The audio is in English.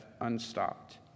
unstopped